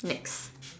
next